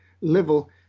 level